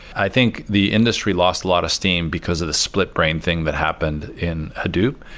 i think the industry lost a lot of steam because of the split brain thing that happened in hadoop.